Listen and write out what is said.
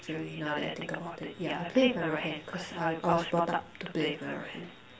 actually now that I think about it ya I play with my right hand cause I was I was brought up to play with my right hand